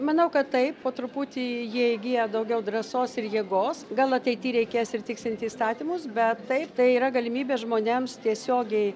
manau kad taip po truputį jie įgyja daugiau drąsos ir jėgos gal ateity reikės ir tikslinti įstatymus bet taip tai yra galimybė žmonėms tiesiogiai